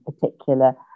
particular